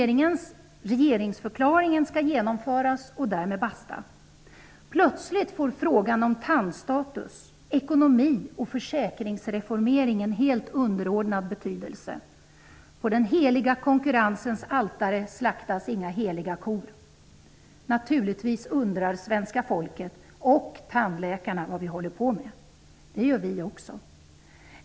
Regeringsförklaringen skall genomföras och därmed basta. Plötsligt får frågan om tandstatus, ekonomi och försäkringsreformering en helt underordnad betydelse. På den heliga konkurrensens altare slaktas inga heliga kor. Naturligtvis undrar både svenska folket och tandläkarna vad vi håller på med; det gör vi socialdemokrater också.